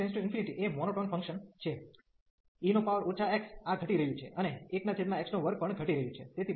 x →∞ એ monotone function function છે e x આ ઘટી રહ્યું છે અને 1x2 પણ ઘટી રહ્યું છે